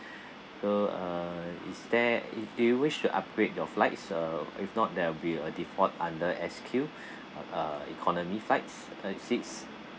so uh is there do you wish to upgrade your flights uh if not that will be a default under SQ uh economy fights uh seats